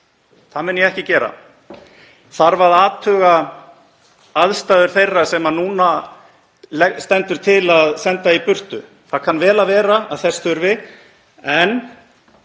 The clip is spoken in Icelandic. Það mun ég ekki gera. Þarf að athuga aðstæður þeirra sem núna stendur til að senda í burtu? Það kann vel að vera að þess þurfi en